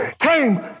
came